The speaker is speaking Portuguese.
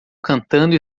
cantando